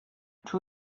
two